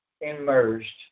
immersed